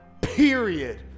period